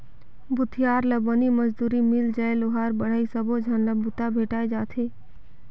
भूथियार ला बनी मजदूरी मिल जाय लोहार बड़हई सबो झन ला बूता भेंटाय जाथे